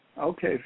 okay